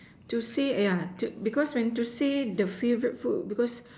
to say yeah to because when to say the favourite food because